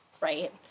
right